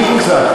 מי קוזז?